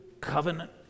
covenant